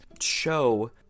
show